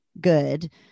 good